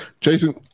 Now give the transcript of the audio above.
Jason